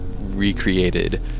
recreated